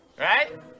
Right